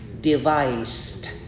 devised